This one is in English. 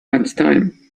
lunchtime